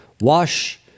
Wash